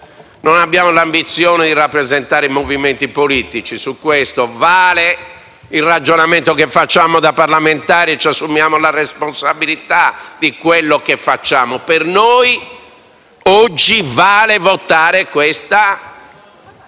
non abbiamo l'ambizione di rappresentare movimenti politici e per noi vale il ragionamento che facciamo da parlamentari, assumendoci la responsabilità di quello che facciamo - oggi vale votare questa